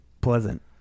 Pleasant